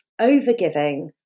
overgiving